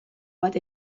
bat